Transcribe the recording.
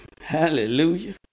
Hallelujah